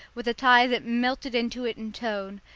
with a tie that melted into it in tone,